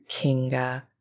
Kinga